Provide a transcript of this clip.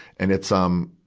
and it's, um,